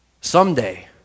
Someday